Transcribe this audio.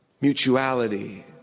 mutuality